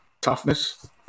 toughness